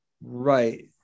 Right